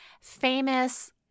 famous